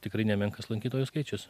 tikrai nemenkas lankytojų skaičius